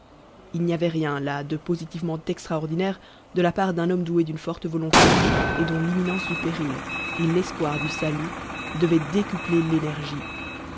il n'y avait rien là de positivement extraordinaire de la part d'un homme doué d'une forte volonté et dont l'imminence du péril et l'espoir du salut devaient décupler l'énergie